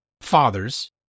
fathers